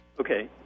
Okay